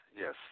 yes